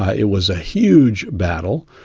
ah it was a huge battle.